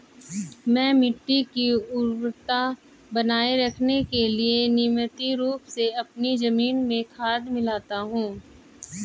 मैं मिट्टी की उर्वरता बनाए रखने के लिए नियमित रूप से अपनी जमीन में खाद मिलाता हूं